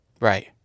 Right